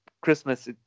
Christmas